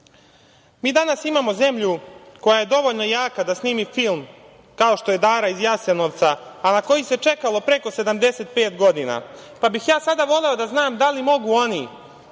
danas imamo zemlju koja je dovoljna jaka da snimi film kao što je „Dara iz Jasenovca“, a na koji se čekalo preko 75 godina, pa bih sada voleo da znam da li mogu oni